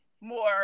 more